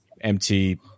MT